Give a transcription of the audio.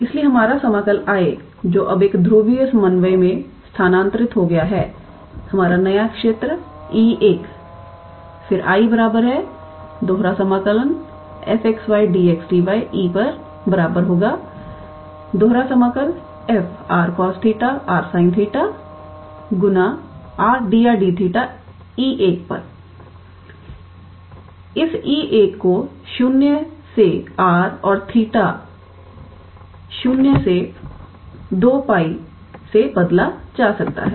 इसलिए हमारा समाकल I जो अब एक ध्रुवीय समन्वय में स्थानांतरित हो गया है हमारा नया क्षेत्र 𝐸1 फिर 𝐼 E𝑓𝑥 𝑦𝑑𝑥𝑑𝑦 E1𝑓𝑟 cos 𝜃 𝑟 sin 𝜃𝑟𝑑𝑟𝑑𝜃 इस E1 को 0 से r और 𝜃 0 से 2𝜋 से बदला जा सकता है